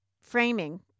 Framing